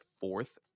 fourth